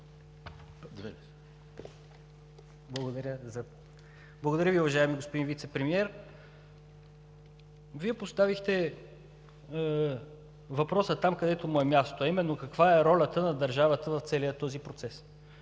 Благодаря Ви, уважаеми господин Вицепремиер. Вие поставихте въпроса там, където му е мястото, а именно каква е ролята на държавата в целия този процес?